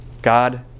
God